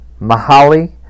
Mahali